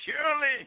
surely